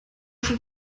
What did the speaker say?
schon